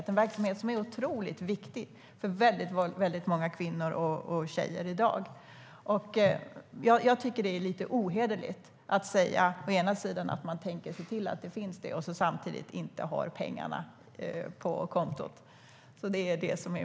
Det är en verksamhet som är otroligt viktig för väldigt många kvinnor och tjejer i dag. Jag tycker att det är lite ohederligt att säga att man tänker se till att det finns och samtidigt inte har pengarna på kontot. Hur ska det här gå till?